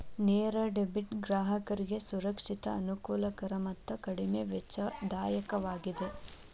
ನೇರ ಡೆಬಿಟ್ ಗ್ರಾಹಕರಿಗೆ ಸುರಕ್ಷಿತ, ಅನುಕೂಲಕರ ಮತ್ತು ಕಡಿಮೆ ವೆಚ್ಚದಾಯಕವಾಗಿದೆ